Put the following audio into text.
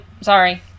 sorry